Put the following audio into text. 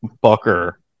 Bucker